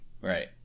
Right